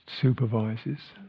supervises